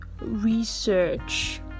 research